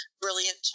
brilliant